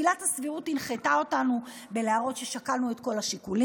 עילת הסבירות הנחתה אותנו בלהראות ששקלנו את כל השיקולים,